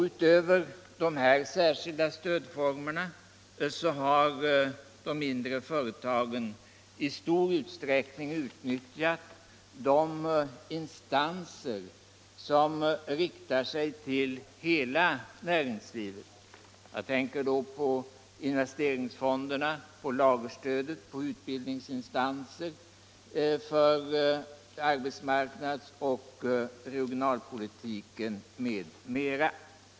Utöver dessa särskilda stöd former har de mindre företagen i stor utsträckning utnyttjat de instanser som riktar sig till hela näringslivet. Jag tänker då på investeringsfonderna, lagerstödet, utbildningsinstanser inom arbetsmarknadsoch regionalpolitiken m.m.